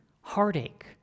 heartache